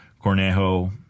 Cornejo